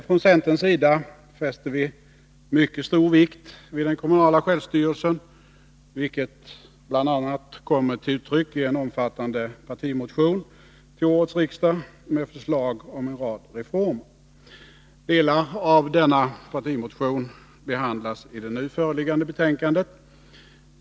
Från centerns sida fäster vi mycket stor vikt vid den kommunala självstyrelsen, vilket bl.a. kommer till uttryck i en omfattande partimotion till årets riksdag med förslag till en rad reformer. Delar av denna partimotion behandlas i det nu föreliggande betänkandet.